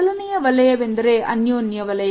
ಮೊದಲನೆಯ ವಲಯವೆಂದರೆ ಅನ್ಯೋನ್ಯ ವಲಯ